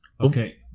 Okay